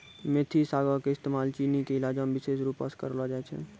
मेथी सागो के इस्तेमाल चीनी के इलाजो मे विशेष रुपो से करलो जाय छै